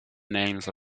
names